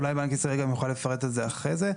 אולי בנק ישראל גם יוכל לפרט על זה אחרי זה.